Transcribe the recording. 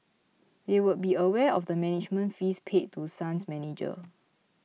they would be aware of the management fees paid to Sun's manager